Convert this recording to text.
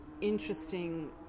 interesting